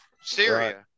syria